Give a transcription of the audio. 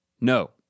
No